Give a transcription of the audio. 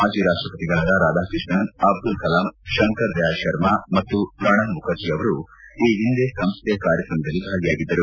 ಮಾಜಿ ರಾಷ್ಟಪತಿಗಳಾದ ರಾಧಾಕೃಷ್ಣನ್ ಅಬ್ದುಲ್ ಕಲಾಂ ಶಂಕರ್ ದಯಾಳ್ ಶರ್ಮಾ ಮತ್ತು ಪ್ರಣಬ್ ಮುಖರ್ಜಿ ಅವರುಗ ಈ ಹಿಂದೆ ಸಂಸ್ಟೆಯ ಕಾರ್ಯಕ್ರಮದಲ್ಲಿ ಭಾಗಿಯಾಗಿದ್ದರು